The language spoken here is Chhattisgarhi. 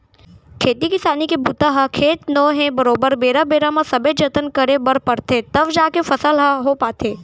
खेती किसानी के बूता ह खेत नो है बरोबर बेरा बेरा म सबे जतन करे बर परथे तव जाके फसल ह हो पाथे